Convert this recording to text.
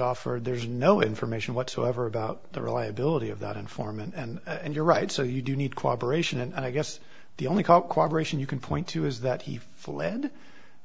offered there's no information whatsoever about the reliability of that informant and you're right so you do need cooperation and i guess the only call cooperation you can point to is that he fled